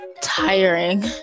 tiring